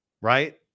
right